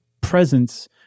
presence